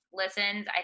listens